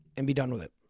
and be done with it.